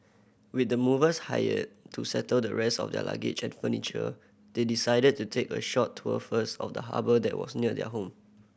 with the movers hired to settle the rest of their luggage and furniture they decided to take a short tour first of the harbour that was near their home